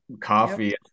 coffee